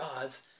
gods